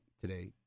today